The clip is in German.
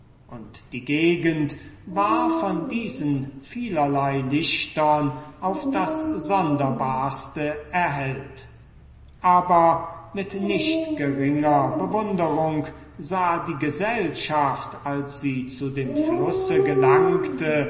und die gegend war von diesen vielerlei lichtern auf das sonderbarste erhellt aber mit nicht geringer bewunderung sah die gesellschaft als sie zu dem flusse gelangte